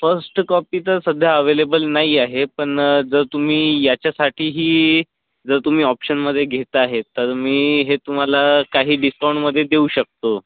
first copy तर सध्या available नाही आहे पण जर तुम्ही याच्यासाठीही जर तुम्ही ऑप्शनमध्ये घेत आहे तर मी हे तुम्हाला काही डिस्काउंटमध्ये देऊ शकतो